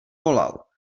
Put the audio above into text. volal